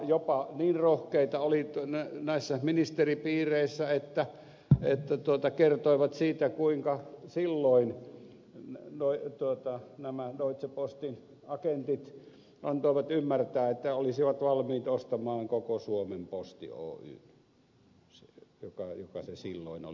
jopa niin rohkeita oli näissä ministeripiireissä että kertoivat siitä kuinka silloin nämä deutsche postin agentit antoivat ymmärtää että olisivat valmiit ostamaan koko suomen posti oyjn joka se silloin oli nimeltään